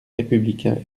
républicain